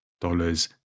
dollars